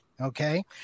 Okay